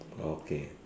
okay